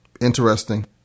interesting